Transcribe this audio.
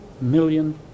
million